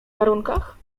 warunkach